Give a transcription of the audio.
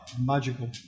magical